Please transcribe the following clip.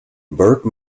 burke